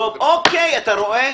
רואה?